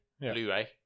Blu-ray